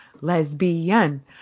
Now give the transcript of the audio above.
lesbian